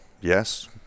Yes